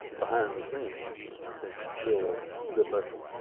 behind the scenes, and i think it's still a good lesson